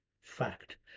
fact